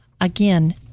Again